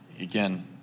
again